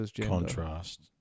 contrast